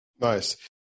Nice